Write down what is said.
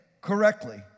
Correctly